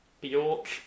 York